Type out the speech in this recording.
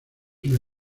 una